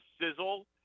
sizzle